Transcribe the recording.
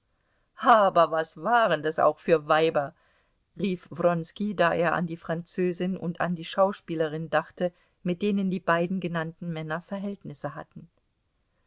aber was waren das auch für weiber rief wronski da er an die französin und an die schauspielerin dachte mit denen die beiden genannten männer verhältnisse hatten